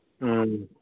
ꯎꯝ